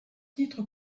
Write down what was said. titres